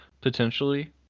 potentially